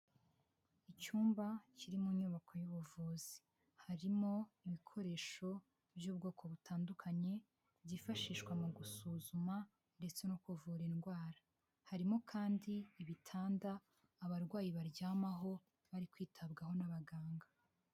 Icyumba kiri mu nyubako y'ubuvuzi harimo ibikoresho by'ubwoko butandukanye byifashishwa mu gusuzuma ndetse no kuvura indwara, harimo kandi ibitanda abarwayi baryamaho bari kwitabwaho n'abaganga.